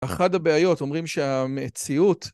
אחת הבעיות אומרים שהמציאות...